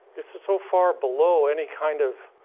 it's so far below any kind of.